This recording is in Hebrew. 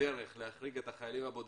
דרך להחריג את החיילים הבודדים,